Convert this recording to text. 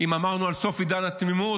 אם אמרנו על סוף עידן התמימות,